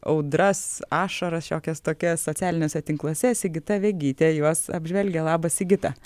audras ašaras šiokias tokias socialiniuose tinkluose sigita vegytė juos apžvelgia labas sigita